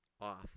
off